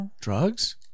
Drugs